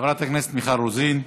חברת הכנסת מיכל רוזין,